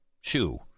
shoe